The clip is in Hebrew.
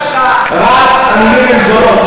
ראשת המפלגה שלך,